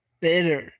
bitter